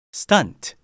stunt 。